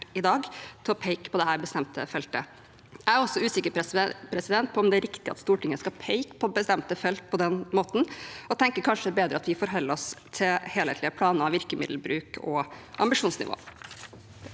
i dag til å peke på dette bestemte feltet. Jeg er også usikker på om det er riktig at Stortinget skal peke på bestemte felt på den måten, og tenker kanskje det er bedre at vi forholder oss til helhetlige planer og helhetlig virkemiddelbruk og ambisjonsnivå.